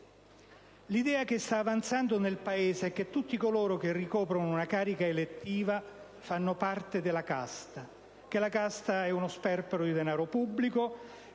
L'idea che sta avanzando nel Paese è che tutti coloro che ricoprono una carica elettiva fanno parte della casta, che la casta è uno sperpero di denaro pubblico,